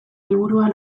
helburua